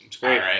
great